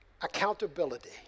accountability